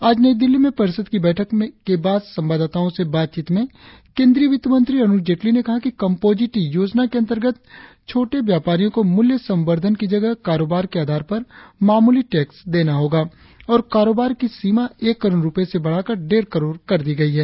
आज नई दिल्ली में परिषद की बैठक के बाद संवाददाताओं से बातचीत में केंद्रीय वित्त मंत्री अरुण जेटली ने कहा कि कम्पोजिट योजना के अंतर्गत व्ह्होटे व्यापारियों को मूल्य संवर्धन की जगह कारोबार के आधार पर मामूली टैक्स देना होगा और कारोबार की सीमा एक करोड़ रुपये से बढ़ाकर डेढ़ करोड़ कर दी गई है